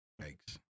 Thanks